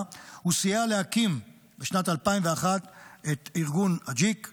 הוא סייע להקים בשנת 2001 את ארגון אג'יק,